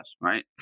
right